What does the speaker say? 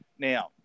Now